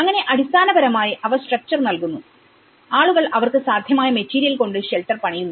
അങ്ങനെ അടിസ്ഥാനപരമായി അവ സ്ട്രക്ചർ നൽകുന്നു ആളുകൾ അവർക്ക് സാധ്യമായ മെറ്റീരിയൽ കൊണ്ട് ഷെൽട്ടർ പണിയുന്നു